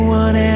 one